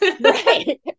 Right